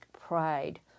pride